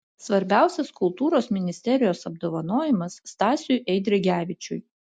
svarbiausias kultūros ministerijos apdovanojimas stasiui eidrigevičiui